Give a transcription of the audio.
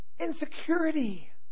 Insecurity